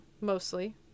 Mostly